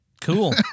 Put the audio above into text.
Cool